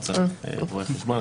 לא צריך רואה חשבון.